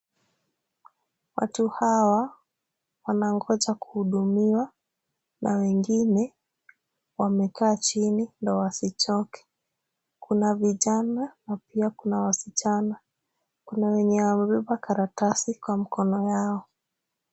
Watu hawa wanaongoja kuhudumiwa na wengine wamekaa chini ndio wasichoke. Kuna vijana na pia kuna wasichana. Kuna wenye wamebeba karatasi kwa mkono yao.